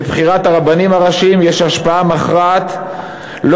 לבחירת הרבנים הראשיים יש השפעה מכרעת לא